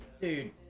Dude